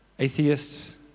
Atheists